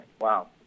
Wow